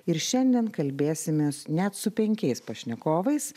ir šiandien kalbėsimės net su penkiais pašnekovais